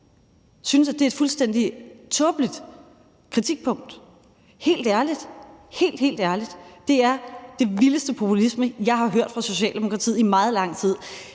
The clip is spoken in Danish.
synes, at det er et fuldstændig tåbeligt kritikpunkt. Helt, helt ærligt, det er den vildeste populisme, jeg har hørt fra Socialdemokratiets side i meget lang tid.